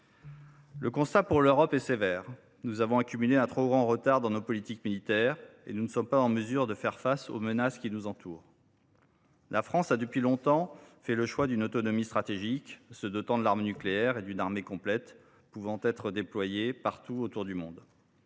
Le constat pour l’Europe est sévère : nous avons accumulé un trop grand retard dans nos politiques militaires et nous ne sommes pas en mesure de faire face aux menaces qui nous entourent. La France a depuis longtemps fait le choix d’une autonomie stratégique, se dotant de l’arme nucléaire et d’une armée complète pouvant être déployée partout autour du monde.